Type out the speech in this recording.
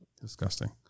disgusting